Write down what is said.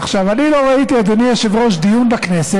עכשיו, אני לא ראיתי, אדוני היושב-ראש, דיון בכנסת